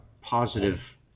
positive